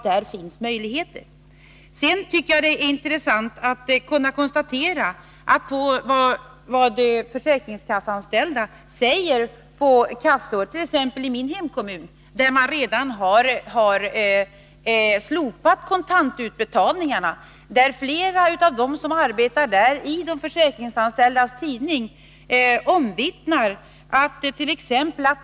Det är intressant att se vad försäkringskasseanställda säger, t.ex. på kassor i min hemkommun. Där har man redan slopat kontantutbetalningarna. I de försäkringskasseanställdas tidning vittnar flera av de berörda om att det.ex.